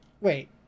Wait